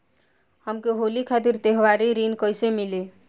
हमके होली खातिर त्योहारी ऋण कइसे मीली?